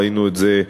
ראינו את זה.